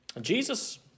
Jesus